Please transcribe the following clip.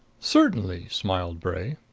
certainly, smiled bray.